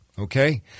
Okay